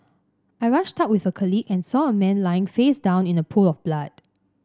I rushed out with a colleague and saw a man lying face down in a pool of blood